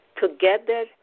together